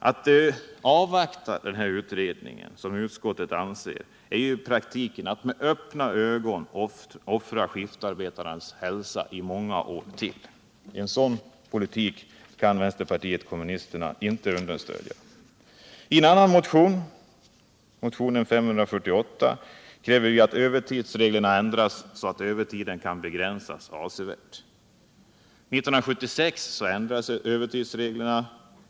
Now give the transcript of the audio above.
Att avvakta utredningen, som utskottet anser att man skall göra, är ju i praktiken att med öppna ögon offra skiftarbetarnas hälsa i många år till. En sådan politik kan vänsterpartiet kommunisterna inte stödja. I motionen 548 kräver vi att övertidsreglerna ändras så att övertiden avsevärt kan begränsas. År 1976 ändrades övertidsreglerna.